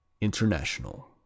international